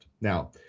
now